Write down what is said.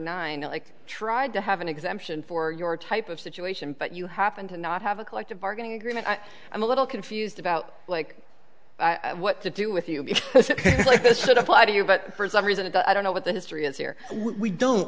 nine like tried to have an exemption for your type of situation but you happen to not have a collective bargaining agreement but i'm a little confused about like what to do with you if this should apply to you but for some reason i don't know what the history is here we don't